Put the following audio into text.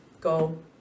go